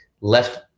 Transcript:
left